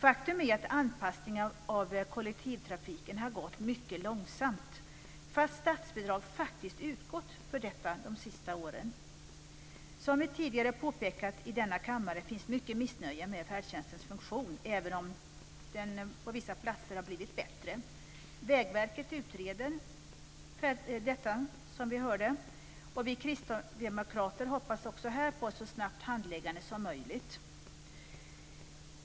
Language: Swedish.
Faktum är att anpasningen av kollektivtrafiken har gått mycket långsamt, fast statsbidrag faktiskt utbetalts för detta de sista åren. Som vi tidigare påpekat i denna kammare finns det mycket missnöje med färdtjänstens funktion, även om den på vissa platser har blivit bättre. Vägverket utreder detta, som vi nyss hörde, och vi kristdemokrater hoppas också här på ett så snabbt handläggande som möjligt.